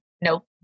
nope